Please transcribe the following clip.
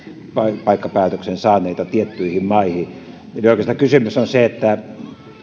turvapaikkapäätöksen saaneita tiettyihin maihin eli oikeastaan kysymys on